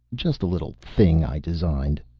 just a little thing i designed.